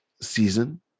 season